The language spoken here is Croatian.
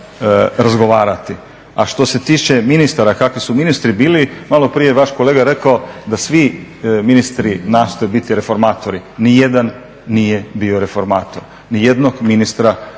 A što se tiče ministara, kakvi su ministri bili malo prije je vaš kolega rekao da svi ministri nastoje biti reformatori, ni jedan nije bio reformator, ni jednog ministra